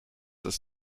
ist